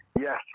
yes